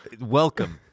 welcome